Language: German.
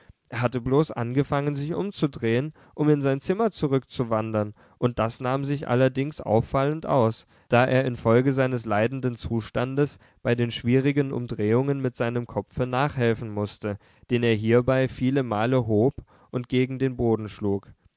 er hatte bloß angefangen sich umzudrehen um in sein zimmer zurückzuwandern und das nahm sich allerdings auffallend aus da er infolge seines leidenden zustandes bei den schwierigen umdrehungen mit seinem kopfe nachhelfen mußte den er hierbei viele male hob und gegen den boden schlug